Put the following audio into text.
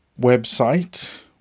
website